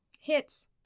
hits